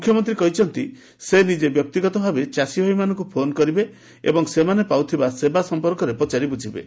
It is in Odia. ମୁଖ୍ୟମନ୍ତୀ କହିଛନ୍ତି ଯେ ସେ ନିଜେ ବ୍ୟକ୍ତିଗତ ଭାବେ ଚାଷୀମାନଙ୍କୁ ଫୋନ କରିବେ ଏବଂ ସେମାନେ ପାଉଥିବା ସେବା ସଂପର୍କରେ ପଚାରି ବୁଝିବେ